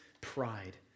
pride